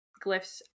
glyphs